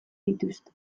dituzte